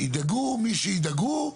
ידאגו מי שידאגו,